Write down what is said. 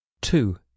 two